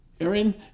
Erin